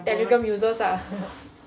telegram users ah